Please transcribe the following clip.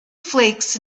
flakes